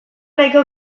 nahiko